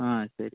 ആ ശരി